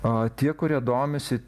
o tie kurie domisi